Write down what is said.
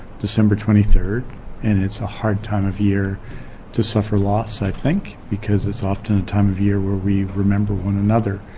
december twenty three and it's a hard time of year to suffer loss, i think, because it's often a time of year where we remember one another.